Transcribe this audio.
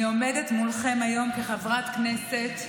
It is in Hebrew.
אני עומדת מולכם היום כחברת כנסת,